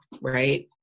Right